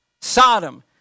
Sodom